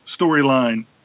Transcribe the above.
storyline